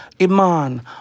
Iman